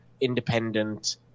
independent